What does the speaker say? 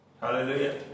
Hallelujah